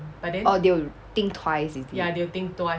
oh they will think twice is it